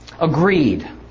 Agreed